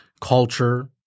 culture